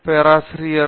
பேராசிரியர் ஆர்